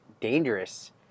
dangerous